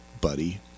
buddy